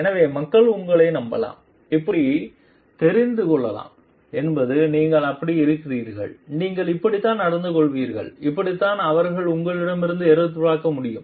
எனவே மக்கள் உங்களை நம்பலாம் இப்படி தெரிந்து கொள்ளலாம் என்பது நீங்கள் எப்படி இருக்கிறீர்கள் நீங்கள் இப்படித்தான் நடந்துகொள்கிறீர்கள் இதுதான் அவர்கள் உங்களிடமிருந்து எதிர்பார்க்க முடியும்